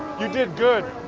you did good.